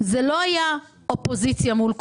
לא היה אופוזיציה מול קואליציה.